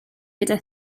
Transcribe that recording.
gyda